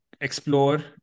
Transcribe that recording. explore